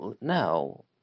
now